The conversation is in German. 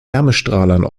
wärmestrahlern